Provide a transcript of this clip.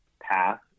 path